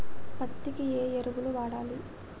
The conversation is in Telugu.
పత్తి కి ఏ ఎరువులు వాడాలి?